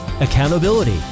accountability